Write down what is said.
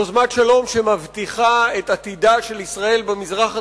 יוזמת שלום שמבטיחה את עתידה של ישראל במזרח התיכון.